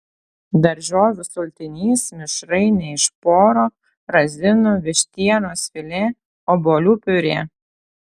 daržovių sultinys mišrainė iš poro razinų vištienos filė obuolių piurė